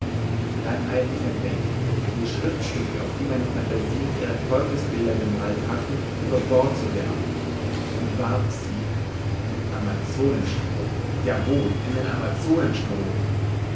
dann eilte ich an deck um die schriftstücke auf die meine phantasie ihre teufelsbilder gemalt hatte über bord zu werfen und warf sie in den amazonenstrom jawohl in den amazonenstrom